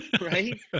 Right